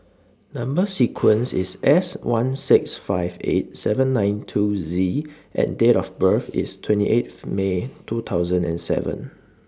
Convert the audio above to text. Number sequence IS S one six five eight seven nine two Z and Date of birth IS twenty eighth May two thousand and seven